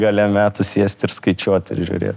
gale metų sėst ir skaičiuot ir žiūrėt